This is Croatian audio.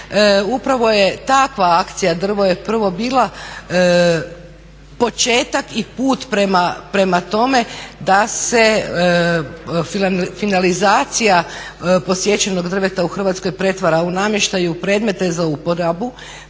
Upravo je takva akcija "Drvo je prvo" bila početak i put prema tome da se finalizacija posjećenog drveta u Hrvatskoj pretvara u namještaj i u predmete za uporabu.